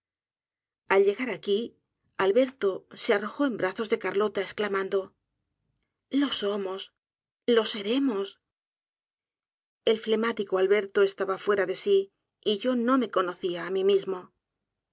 al llegar aqui alberto se arrojó en brazos de carlota esclamando lo somos lo seremos el flemático alberto estaba fuera de sí y yo no me conocía á mí mismo